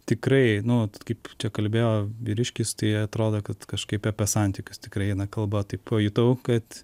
tikrai nu kaip kalbėjo vyriškis tai atrodo kad kažkaip apie santykius tikrai eina kalba tai pajutau kad